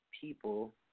people